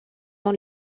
dans